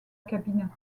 cabine